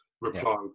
reply